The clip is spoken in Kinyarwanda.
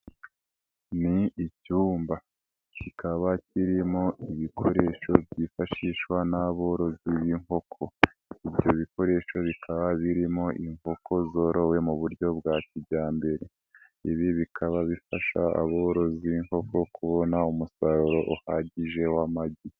Ni icyumba kikaba kirimo ibikoresho byifashishwa n'aborozi b'inkoko, ibyo bikoresho bikaba birimo inkoko zorowe mu buryo bwa kijyambere, ibi bikaba bifasha aborozi b'inkoko kubona umusaruro uhagije w'amagi.